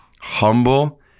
humble